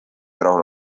rahul